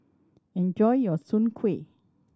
enjoy your Soon Kueh